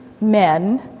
men